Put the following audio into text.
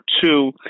two